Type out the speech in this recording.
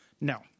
No